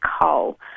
coal